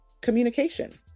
communication